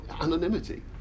anonymity